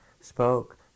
spoke